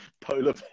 polar